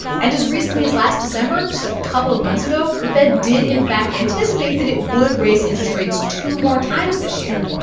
and as recently as last december, just a couple of months ago, the fed did in fact anticipate that it would raise interest rates two more times this year,